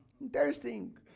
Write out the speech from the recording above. Interesting